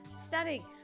Stunning